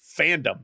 fandom